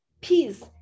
peace